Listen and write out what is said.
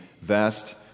vast